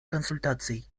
консультаций